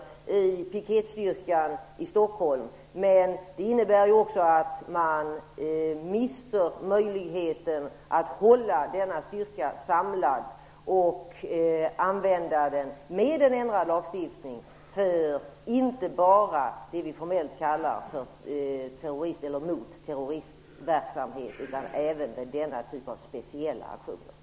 Men en ändrad lagstiftning innebär också att man mister möjligheten att hålla denna styrka samlad och att använda den inte bara för det vi formellt kallar "mot terroristverksamhet", utan även för denna typ av speciella aktioner.